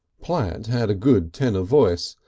platt had a good tenor voice,